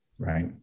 Right